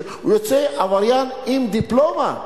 הוא יוצא עבריין עם דיפלומה.